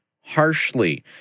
harshly